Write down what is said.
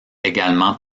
également